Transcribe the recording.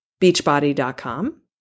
beachbody.com